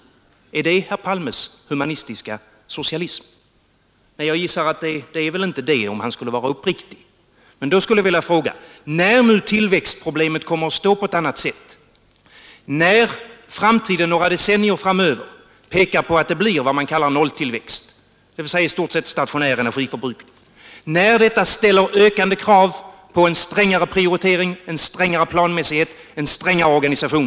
Är det herr Palmes humanistiska socialism? Nej, jag gissar att om han skall vara uppriktig är det inte det. Då skulle jag vilja ställa en fråga. Nu kommer tillväxtproblemet att stå på ett annat sätt. Utsikterna för framtiden pekar på nolltillväxt under några decennier, dvs. i stort sett stationär energiförbrukning. Detta ställer ökande krav på en strängare prioritering, en strängare planmässighet, en strängare organisation.